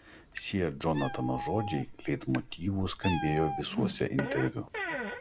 šie džonatano žodžiai leitmotyvu skambėjo visuose interviu